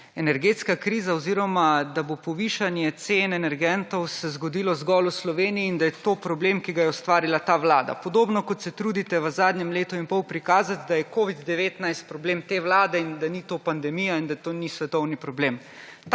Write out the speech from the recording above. energetska kriza oziroma da se bo povišanje cen energentov zgodilo zgolj v Sloveniji in da je to problem, ki ga je ustvarila ta vlada. Podobno, kot se trudite v zadnjem letu in pol prikazati, da je covid-19 problem te vlade in da ni to pandemija in da to ni svetovni problem.